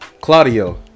Claudio